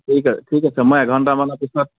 ঠিক আছে ঠিক আছে মই এঘণ্টামানৰ পিছত